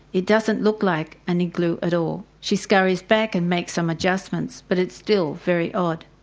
it doesn't look like an igloo at all. she scurries back and makes some adjustments but it's still very odd,